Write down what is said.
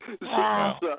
Wow